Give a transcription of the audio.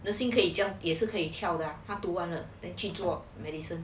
nursing 可以 jump 也是可以跳的好 to wonder then she 做 medicine